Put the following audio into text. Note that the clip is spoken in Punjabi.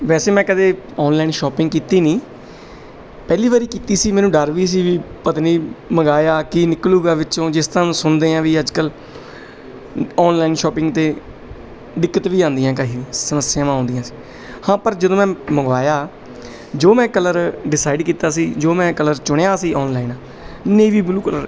ਵੈਸੇ ਮੈਂ ਕਦੇ ਔਨਲਾਈਨ ਸ਼ੋਪਿੰਗ ਕੀਤੀ ਨਹੀਂ ਪਹਿਲੀ ਵਾਰੀ ਕੀਤੀ ਸੀ ਮੈਨੂੰ ਡਰ ਵੀ ਸੀ ਵੀ ਪਤਾ ਨਹੀਂ ਮੰਗਵਾਇਆ ਕੀ ਨਿਕਲੇਗਾ ਵਿੱਚੋਂ ਜਿਸ ਤਰ੍ਹਾਂ ਦਾ ਸੁਣਦੇ ਹਾਂ ਵੀ ਅੱਜ ਕੱਲ ਔਨਲਾਈਨ ਸ਼ੋਪਿੰਗ 'ਤੇ ਦਿੱਕਤ ਵੀ ਆਉਂਦੀਆਂ ਕਈ ਸਮੱਸਿਆਵਾਂ ਆਉਂਦੀਆਂ ਸੀ ਹਾਂ ਪਰ ਜਦੋਂ ਮੈਂ ਮੰਗਵਾਇਆ ਜੋ ਮੈਂ ਕਲਰ ਡਿਸਾਈਡ ਕੀਤਾ ਸੀ ਜੋ ਮੈਂ ਕਲਰ ਚੁਣਿਆ ਸੀ ਔਨਲਾਈਨ ਨੇਵੀ ਬਲੂ ਕਲਰ